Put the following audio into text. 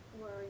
Worry